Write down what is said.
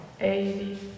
Eighty